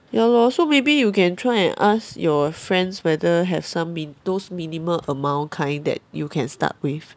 ya lor so maybe you can try and ask your friends whether have some min~ those minimum amount kind that you can start with